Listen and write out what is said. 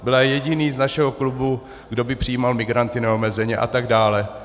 Byla jediná z našeho klubu, kdo by přijímal migranty neomezeně, atd.